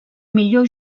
millor